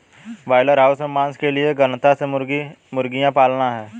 broiler house में मांस के लिए गहनता से मुर्गियां पालना है